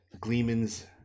Gleeman's